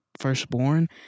firstborn